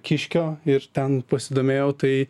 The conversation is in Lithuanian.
kiškio ir ten pasidomėjau tai